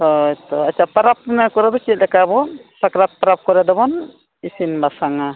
ᱦᱳᱭ ᱛᱚ ᱟᱪᱪᱷᱟ ᱯᱟᱨᱟᱵᱽ ᱠᱚᱨᱮ ᱫᱚ ᱪᱮᱫ ᱞᱮᱠᱟᱵᱚ ᱥᱟᱠᱨᱟᱛ ᱯᱟᱨᱟᱵᱽ ᱠᱚᱨᱮ ᱫᱚᱵᱚᱱ ᱤᱥᱤᱱ ᱵᱟᱥᱟᱝᱟ